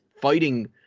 fighting